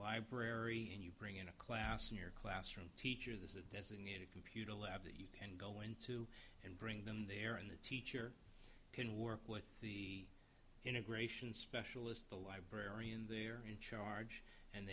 library and you bring in a class in your classroom teacher this is a designated computer lab that you can go into and bring them there and the teacher can work with the integration specialist the librarian they are in charge and